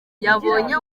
yabonye